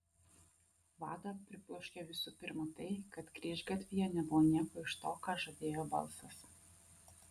vadą pribloškė visų pirma tai kad kryžgatvyje nebuvo nieko iš to ką žadėjo balsas